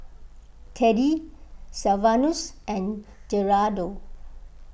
Teddy Sylvanus and Gerardo